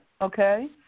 okay